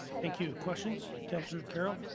thank you, questions. councillor carroll?